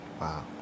Wow